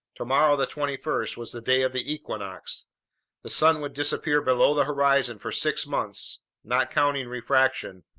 tomorrow, the twenty first, was the day of the equinox the sun would disappear below the horizon for six months not counting refraction,